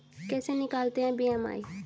कैसे निकालते हैं बी.एम.आई?